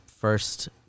first